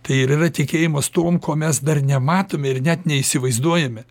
tai ir yra tikėjimas tuom ko mes dar nematome ir net neįsivaizduojame